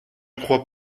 croit